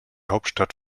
hauptstadt